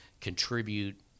contribute